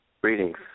Greetings